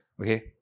Okay